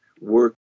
work